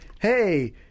hey